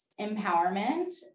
empowerment